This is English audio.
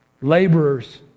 Laborers